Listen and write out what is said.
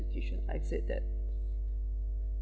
education I said that